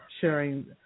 sharing